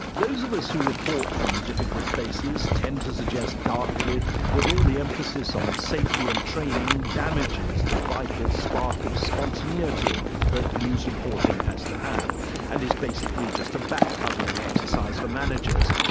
those of us who report from difficult places tend to suggest darkly that all the emphasis on safety and training damages the vital spark of spontaneity that news reporting has to have and is basically just a back-covering exercise for managers.